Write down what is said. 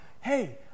Hey